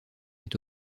est